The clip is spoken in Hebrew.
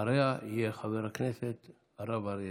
אחריה יהיה חבר הכנסת הרב אריה